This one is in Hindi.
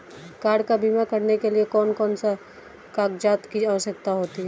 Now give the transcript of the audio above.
कार का बीमा करने के लिए कौन कौन से कागजात की आवश्यकता होती है?